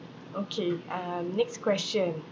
okay um next question